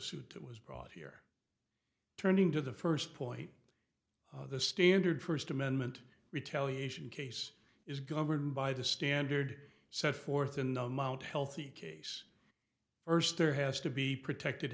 suit was brought here turning to the first point the standard first amendment retaliation case is governed by the standard set forth in the amount healthy case first there has to be protected